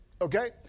Okay